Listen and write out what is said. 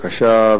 בבקשה,